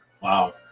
Wow